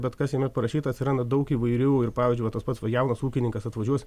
bet kas jame parašyta atsiranda daug įvairių ir pavyzdžiui va tas pats jaunas ūkininkas atvažiuos